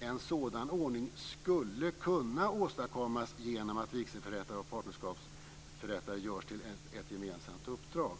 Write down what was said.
En sådan ordning skulle kunna åstadkommas genom att vigselförrättare och partnerskapsförrättare görs till ett gemensamt uppdrag.